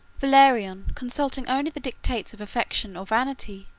valerian, consulting only the dictates of affection or vanity,